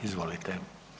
Izvolite.